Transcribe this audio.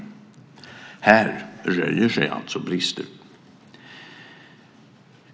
Här röjer sig alltså brister.